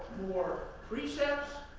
more precepts,